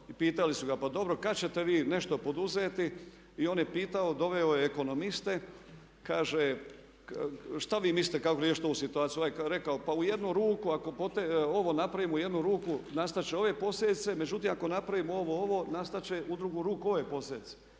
pitali su ga pa dobro kad ćete vi nešto poduzeti i on je pitao, doveo je ekonomiste, kaže što vi mislite kako riješiti ovu situaciju? Ovaj je rekao pa u jednu ruku ako ovo napravimo u jednu ruku nastat će ove posljedice, međutim ako napravimo ovo nastat će u drugu ruku ove posljedice.